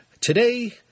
Today